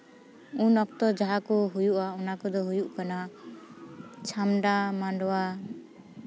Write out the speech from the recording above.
ᱩᱱ ᱚᱠᱛᱚ ᱡᱟᱦᱟᱸ ᱠᱚ ᱦᱩᱭᱩᱜᱼᱟ ᱚᱱᱟ ᱠᱚᱫᱚ ᱦᱩᱭᱩᱜ ᱠᱟᱱᱟ ᱪᱷᱟᱢᱰᱟ ᱢᱟᱰᱚᱣᱟ